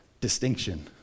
distinction